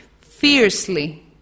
fiercely